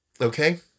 Okay